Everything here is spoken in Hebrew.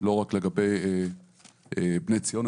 לא רק לגבי "בני ציון",